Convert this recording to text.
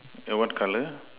yeah what colour